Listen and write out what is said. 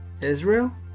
Israel